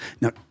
Now